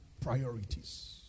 priorities